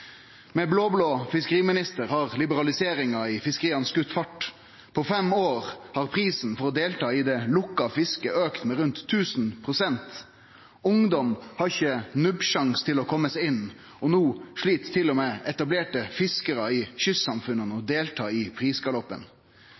ein blå-blå fiskeriminister har liberaliseringa i fiskeria skote fart. På fem år har prisen for å delta i det lukka fisket auka med rundt 1 000 pst. Ungdom har ikkje nubbesjanse til å kome seg inn, og no slit til og med etablerte fiskarar i kystsamfunna med å delta i prisgaloppen.